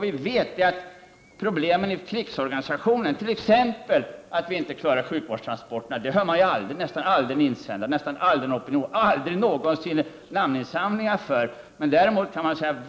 Om man tar problemen med krigsorganisationen, t.ex. att vi inte klarar sjukvårdstransporterna, så läser man aldrig någon insändare om dessa problem. Mot dem finns ingen opinion eller några namninsamlingar. Men